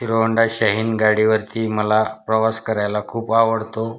hero Honda शाहीन गाडीवरती मला प्रवास करायला खूप आवडतो